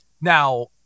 Now